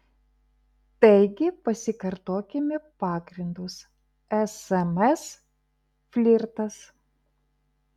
taigi pasikartokime pagrindus sms flirtas